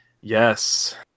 Yes